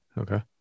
Okay